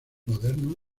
moderno